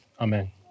Amen